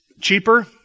cheaper